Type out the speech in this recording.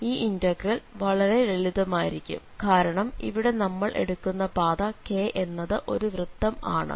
ഈ ഇന്റഗ്രൽ വളരെ ലളിതമായിരിക്കും കാരണം ഇവിടെ നമ്മൾ എടുക്കുന്ന പാത K എന്നത് ഒരു വൃത്തം ആണ്